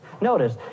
Notice